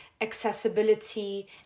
accessibility